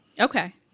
Okay